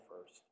first